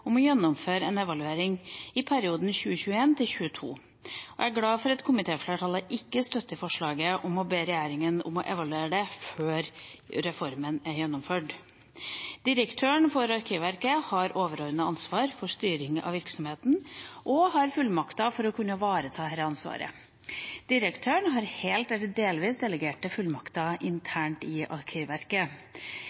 om å gjennomføre en evaluering i perioden 2021–2022. Jeg er glad for at komitéflertallet ikke støtter forslaget om å be regjeringa evaluere det før reformen er gjennomført. Direktøren for Arkivverket har det overordnede ansvaret for styringen av virksomheten og har fullmakt til å kunne ivareta dette ansvaret. Direktøren har helt eller delvis delegert fullmakter